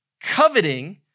coveting